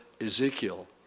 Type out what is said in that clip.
Ezekiel